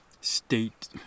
state